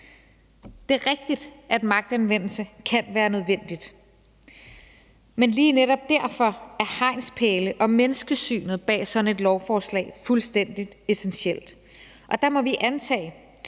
Det er rigtigt, at magtanvendelse kan være nødvendig, men lige netop derfor er hegnspæle og menneskesynet bag sådan et lovforslag fuldstændig essentielt, og der må vi antage,